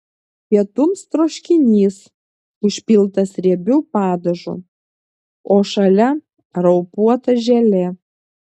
pietums troškinys užpiltas riebiu padažu o šalia raupuota želė